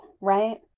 right